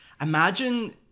imagine